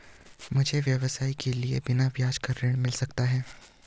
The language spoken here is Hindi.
मुझे व्यवसाय के लिए बिना ब्याज का ऋण मिल सकता है?